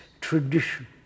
tradition